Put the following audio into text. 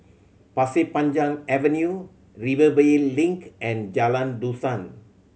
Pasir Panjang Avenue Rivervale Link and Jalan Dusan